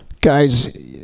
Guys